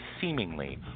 seemingly